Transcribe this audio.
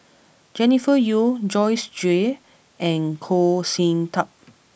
Jennifer Yeo Joyce Jue and Goh Sin Tub